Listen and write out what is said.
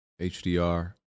HDR